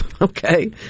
okay